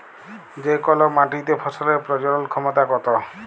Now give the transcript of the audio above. যে কল মাটিতে ফসলের প্রজলল ক্ষমতা কত